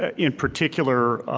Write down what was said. ah in particular,